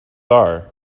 are